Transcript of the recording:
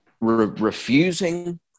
refusing